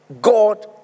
God